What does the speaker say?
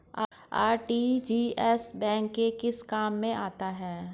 RTGS bank के किस काम में आता है?